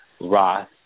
Ross